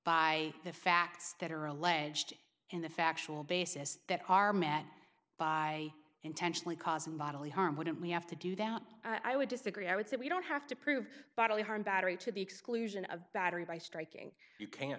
by the facts that are alleged and the factual basis that are met by intentionally causing bodily harm wouldn't we have to do doubt i would disagree i would say we don't have to prove bodily harm battery to the exclusion of battery by striking